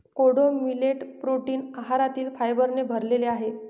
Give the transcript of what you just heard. कोडो millet protein आहारातील फायबरने भरलेले आहे